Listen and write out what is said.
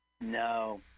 No